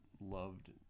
loved